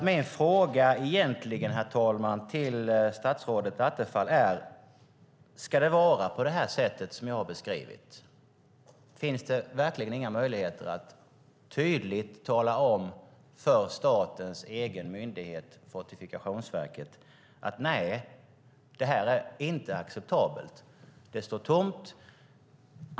Mina frågor till statsrådet Attefall, herr talman, är alltså egentligen: Ska det vara på det sätt jag har beskrivit? Finns det verkligen inga möjligheter att tydligt tala om för statens egen myndighet Fortifikationsverket att detta inte är acceptabelt? Marken står tom.